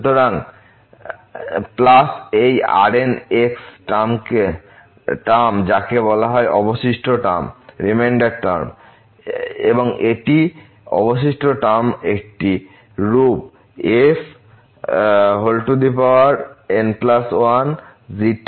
সুতরাং প্লাস এই Rn term যাকে বলা হয় অবশিষ্ট টার্ম এবং এটি অবশিষ্ট টার্ম একটি রূপ fn1n1